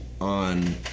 on